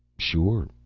sure,